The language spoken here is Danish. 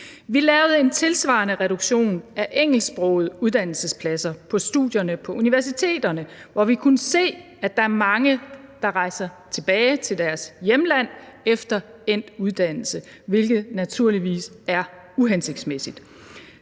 Vi lavede en tilsvarende reduktion af engelsksprogede uddannelsespladser på studierne på universiteterne, hvor vi kunne se, at der var mange, der rejste tilbage til deres hjemlande efter endt uddannelse, hvilket naturligvis er uhensigtsmæssigt.